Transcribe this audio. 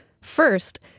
First